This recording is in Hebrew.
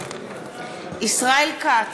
ישראל כץ,